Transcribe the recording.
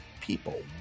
people